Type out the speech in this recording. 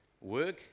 work